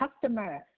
customer